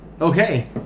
okay